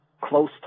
close